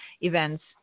events